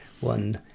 one